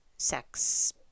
sex